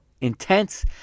intense